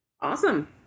awesome